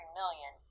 million